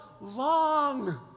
long